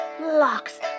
locks